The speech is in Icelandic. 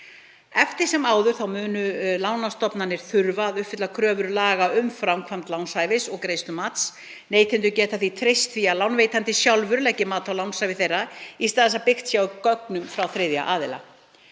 Eftir sem áður munu lánastofnanir þurfa að uppfylla kröfur laga um framkvæmd lánshæfis- og greiðslumats. Neytendur geta þá treyst því að lánveitandi sjálfur leggi mat á lánshæfi þeirra í stað þess að byggt sé á gögnum frá þriðja aðila.